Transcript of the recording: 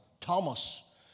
Thomas